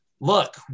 Look